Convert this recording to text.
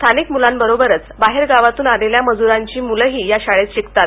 स्थानिक मुलांबरोबरच बाहेरगावातून आलेल्या मजुरांची मुलही या शाळेत शिकतात